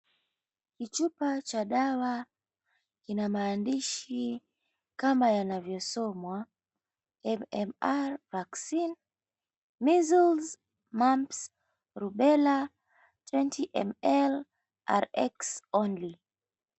Kichupa cha dawa kina maandishi kama yanavyosomwa, MMR Vaccine, Measles, Mumps, Rubella 20ml, RX Only.